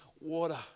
water